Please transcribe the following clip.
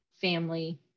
family